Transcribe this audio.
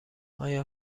آیا